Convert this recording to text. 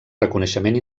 reconeixement